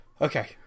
okay